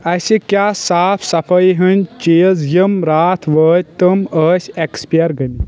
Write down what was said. اَسہِ کیٛاہ صاف صفٲیی ہِنٛدۍ چیٖز یِم راتھ وٲتۍ تِم ٲسۍ ایٚکسپیر گٔمٕتۍ